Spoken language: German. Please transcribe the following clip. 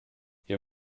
ihr